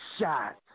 shot